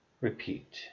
repeat